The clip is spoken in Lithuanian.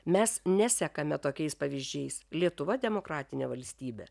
mes nesekame tokiais pavyzdžiais lietuva demokratinė valstybė